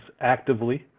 actively